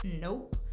nope